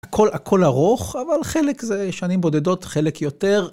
הכל ארוך, אבל חלק זה שנים בודדות, חלק יותר.